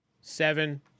Seven